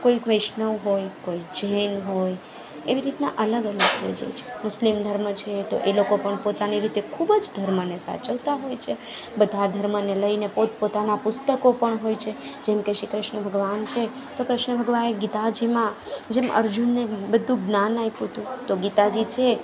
કોય વૈષ્ણવ હોય કોઈ જૈન હોય એવી રીતના અલગ અલગ ધર્મ છે મુસ્લિમ ધર્મ છે તો એ લોકો પણ પોતાની રીતે ખૂબ જ ધર્મને સાચવતા હોય છે બધા ધર્મને લઈને પોત પોતાના પુસ્તકો પણ હોય છે જેમ કે શ્રી કૃષ્ણ ભગવાન છે તો કૃષ્ણ ભગવાનને ગીતાજીમાં જેમ અર્જુનને બધું જ્ઞાન આપ્યું હતું તો ગીતાજી છે